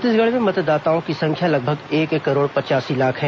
छत्तीसगढ़ में मतदाताओं की संख्या लगभग एक करोड़ पचासी लाख है